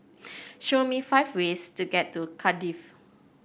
show me five ways to get to Cardiff